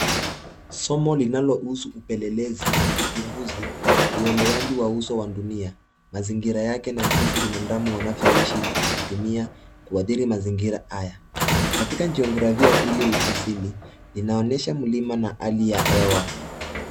Somo linalohusu upelelezi uchunguzi uelewaji wa uso wa dunia mazingira yake na jinsi binadamu wanvyoishi kutumia kuadhiri mazingira haya katika geografia hii ya asili inaonyesha mlima na hali ya hewa.